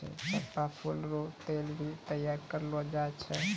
चंपा फूल रो तेल भी तैयार करलो जाय छै